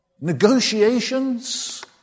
negotiations